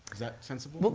is that sensible?